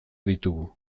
ditugu